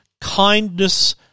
kindness